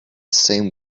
same